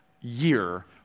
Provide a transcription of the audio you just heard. year